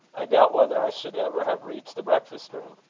i doubt whether i should ever have reached the breakfast-room.